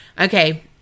okay